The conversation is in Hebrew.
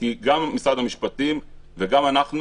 כי גם משרד המשפטים וגם אנחנו,